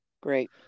Great